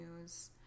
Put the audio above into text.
News